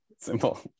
simple